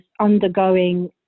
undergoing